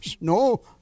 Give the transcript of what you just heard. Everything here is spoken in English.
No